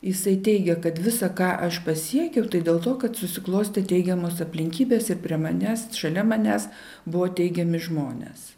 jisai teigia kad visa ką aš pasiekiau tai dėl to kad susiklostė teigiamos aplinkybės ir prie manęs šalia manęs buvo teigiami žmonės